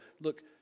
Look